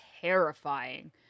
terrifying